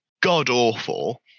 god-awful